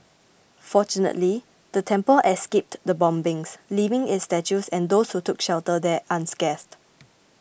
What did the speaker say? fortunately the temple escaped the bombings leaving its statues and those who took shelter there unscathed